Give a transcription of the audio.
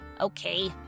Okay